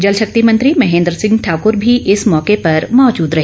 जल शक्ति मंत्री महेंद्र ठाकर भी इस मौके पर मौजूद रहे